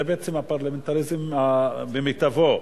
זה בעצם הפרלמנטריזם במיטבו.